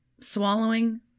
swallowing